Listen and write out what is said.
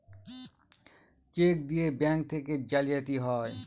check দিয়ে bank থেকে জালিয়াতি হয়